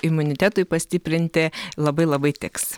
imunitetui pastiprinti labai labai tiks